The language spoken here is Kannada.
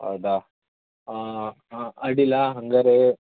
ಹೌದಾ ಅಡ್ಡಿಯಿಲ್ಲ ಹಂಗಾದ್ರೆ